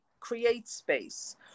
CreateSpace